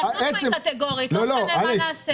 אלכס, ההתנגדות היא קטגורית, לא משנה מה נעשה.